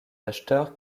acheteurs